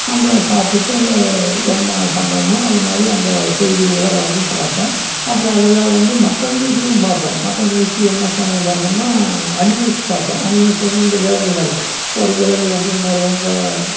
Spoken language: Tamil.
அந்த பார்த்துட்டு என்ன பண்ணணுமோ அது மாதிரி அந்த செய்தி உள்ள வரையும் பார்ப்பேன் அப்புறம் அதில் வந்து மற்ற நிகழ்ச்சியும் பார்ப்பேன் மற்ற நிகழ்ச்சி என்னா சேனல் பார்ப்பேன்னா அனிமல்ஸ் பார்ப்பேன் அனிமல்ஸ் வந்து இந்த விலங்குகள் ஒரு விலங்கு வந்து இன்னொரு விலங்கை